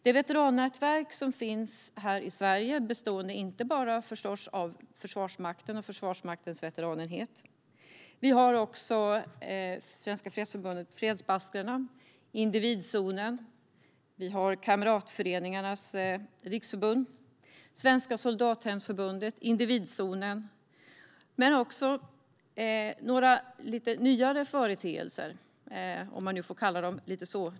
Det veterannätverk som finns här i Sverige består förstås inte bara av Försvarsmakten och Försvarsmaktens veteranenhet utan också av Svenska fredsförbundet, Fredsbaskrarna, Invidzonen, Sveriges Militära Kamratföreningars Riksförbund och Svenska soldathemsförbundet. Men det består även av ett par lite nyare företeelser, om man nu får kalla dem så.